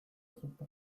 zupa